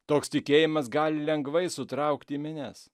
toks tikėjimas gali lengvai sutraukti minias